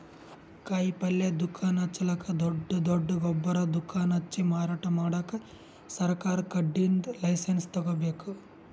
ಕಾಯಿಪಲ್ಯ ದುಕಾನ್ ಹಚ್ಚಲಕ್ಕ್ ದೊಡ್ಡ್ ದೊಡ್ಡ್ ಗೊಬ್ಬರ್ ದುಕಾನ್ ಹಚ್ಚಿ ಮಾರಾಟ್ ಮಾಡಕ್ ಸರಕಾರ್ ಕಡೀನ್ದ್ ಲೈಸನ್ಸ್ ತಗೋಬೇಕ್